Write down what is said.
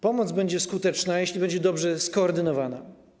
Pomoc będzie skuteczna, jeśli będzie dobrze skoordynowana.